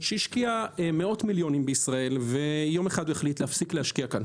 שהשקיע מאות מיליונים בישראל ויום אחד הוא החליט להפסיק להשקיע כאן.